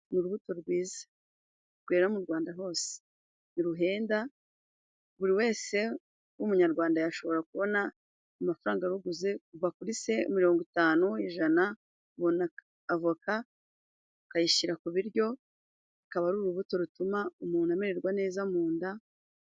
Urubuto rwiza, rwera mu Rwanda hose, ntiruhenda, buri wese w'umunyarwanda yashobora kubona amafaranga aruguze kuva kuri se mirongo itanu, ijana ubona avoka ukayishyira ku biryo ikaba ari urubuto rutuma umuntu amererwa neza mu nda,